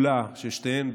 המעולה ששתיהן,